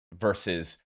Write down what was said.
versus